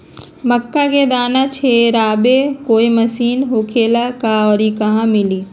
मक्का के दाना छोराबेला कोई औजार होखेला का और इ कहा मिली?